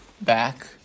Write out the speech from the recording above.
back